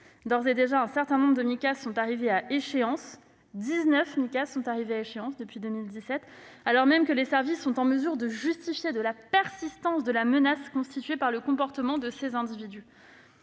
D'ores et déjà, un certain nombre de Micas- dix-neuf depuis 2017 -sont arrivées à échéance, alors même que les services sont en mesure de justifier de la persistance de la menace constituée par le comportement des individus